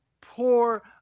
poor